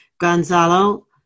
Gonzalo